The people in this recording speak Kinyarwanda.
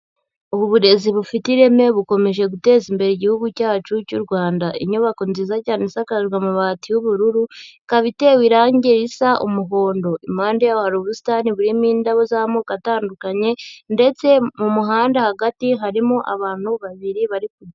Ubu burezi bufite ireme bukomeje guteza imbere Igihugu cyacu cy'u Rwanda. Inyubako nziza cyane isakajwe amabati y'ubururu, ikaba itewe irangi risa umuhondo. Impande yaho hari ubusitani burimo indabo z'amoko atandukanye, ndetse mu muhanda hagati harimo abantu babiri bari ku...